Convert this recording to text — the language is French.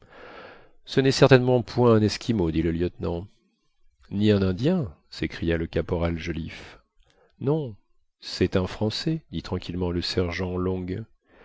ce n'est certainement point un esquimau dit le lieutenant ni un indien s'écria le caporal joliffe non c'est un français dit tranquillement le sergent long